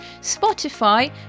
Spotify